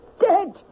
dead